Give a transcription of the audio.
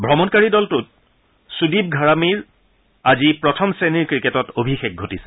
ভ্ৰমণকাৰী দলটোত সুদীপ ঘাৰামীৰ প্ৰথম শ্ৰেণীৰ ক্ৰিকেটত অভিষেক ঘটিছে